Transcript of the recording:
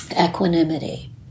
equanimity